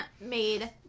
made